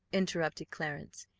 interrupted clarence,